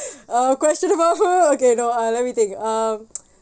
uh question about her okay no uh let me think um